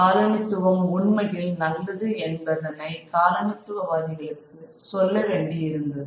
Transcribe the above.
காலனித்துவம் உண்மையில் நல்லது என்பதனை காலனித்துவ வாதிகளுக்கு சொல்ல வேண்டியிருந்தது